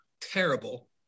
terrible